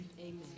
Amen